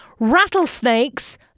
Rattlesnakes